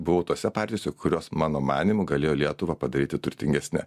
buvau tose partijose kurios mano manymu galėjo lietuvą padaryti turtingesne